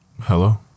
Hello